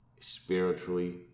spiritually